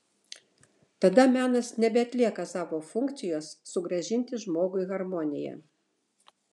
tada menas nebeatlieka savo funkcijos sugrąžinti žmogui harmoniją